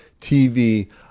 TV